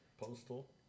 Postal